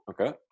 okay